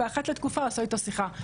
ואחת לתקופה הוא עושה איתו שיחה.